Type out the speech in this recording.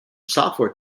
software